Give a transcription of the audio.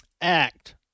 act